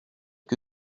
que